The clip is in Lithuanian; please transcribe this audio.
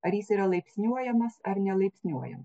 ar jis yra laipsniuojamas ar nelaipsniuojam